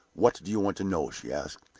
what do you want to know? she asked.